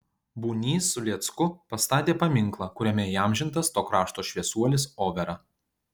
bunys su lėcku pastatė paminklą kuriame įamžintas to krašto šviesuolis overa